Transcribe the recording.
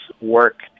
work